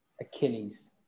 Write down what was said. Achilles